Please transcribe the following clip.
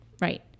Right